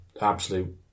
absolute